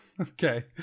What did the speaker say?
Okay